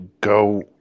go